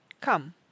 Come